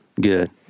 Good